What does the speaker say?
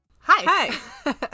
Hi